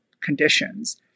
conditions